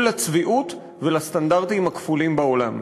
לצביעות ולסטנדרטים הכפולים בעולם.